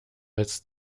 als